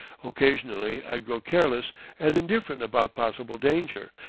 occasionally i grow careless and indifferent about possible danger,